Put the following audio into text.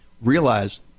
realize